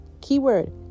Keyword